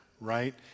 right